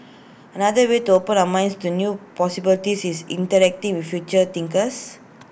another way to open our minds to new possibilities is interacting with future thinkers